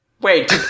Wait